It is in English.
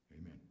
Amen